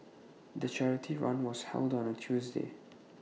the charity run was held on A Tuesday